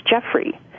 Jeffrey